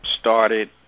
started